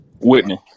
Whitney